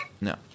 No